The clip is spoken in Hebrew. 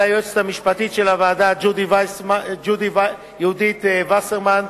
ליועצת המשפטית של הוועדה יהודית וסרמן,